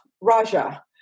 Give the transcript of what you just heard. Raja